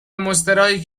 مستراحی